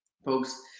Folks